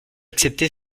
accepter